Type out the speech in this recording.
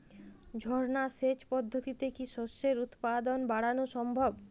ঝর্না সেচ পদ্ধতিতে কি শস্যের উৎপাদন বাড়ানো সম্ভব?